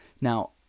now